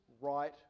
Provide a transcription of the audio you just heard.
right